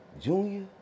junior